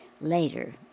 Later